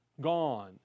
Gone